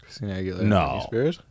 No